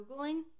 Googling